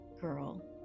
girl